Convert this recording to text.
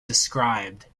described